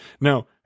Now